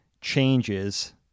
changes